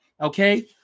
okay